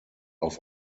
auf